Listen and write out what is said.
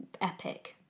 epic